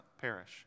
perish